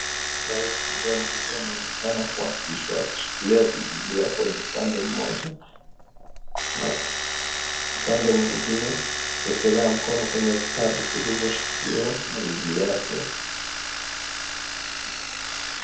Rais William Ruto anaonekana kuapishwa akishikilia bibilia kwenye upande mmoja na upande mwingine akiekelea mkono kwenye vitabu vilivyoshikiliwa na bibi yake.